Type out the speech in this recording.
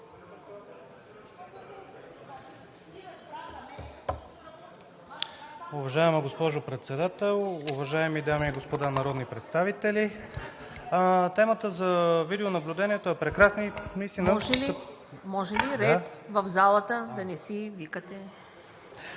Може ли ред в залата, да не си викате?